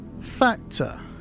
Factor